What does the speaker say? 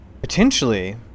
potentially